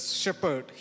shepherd